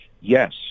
yes